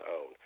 own